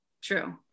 True